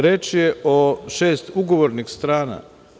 Reč je o šest ugovornih strana.